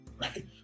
Right